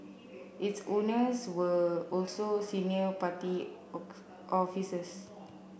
its owners were also senior party officers